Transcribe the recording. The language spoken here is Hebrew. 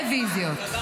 המורה,